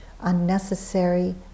unnecessary